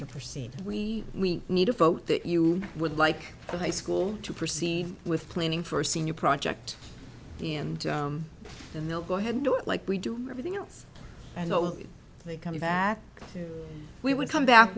to proceed we we need a vote that you would like the high school to proceed with planning for a senior project and then they'll go ahead and do it like we do everything else and they come back we would come back